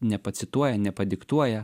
nepacituoja nepadiktuoja